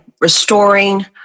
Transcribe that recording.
restoring